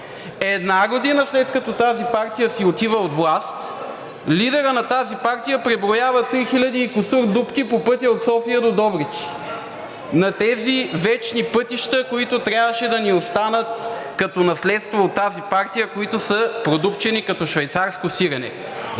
Една година след като тази партия си отива от власт, лидерът на тази партия преброява три хиляди и кусур дупки по пътя от София до Добрич на тези вечни пътища, които трябваше да ни останат, като наследство от тази партия, които са продупчени като швейцарско сирене.